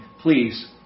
Please